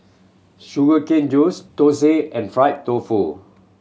sugar cane juice thosai and fried tofu